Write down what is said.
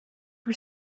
for